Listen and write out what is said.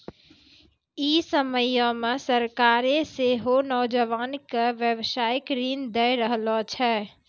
इ समयो मे सरकारें सेहो नौजवानो के व्यवसायिक ऋण दै रहलो छै